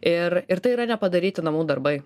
ir ir tai yra nepadaryti namų darbai